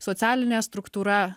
socialinė struktūra